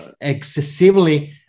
excessively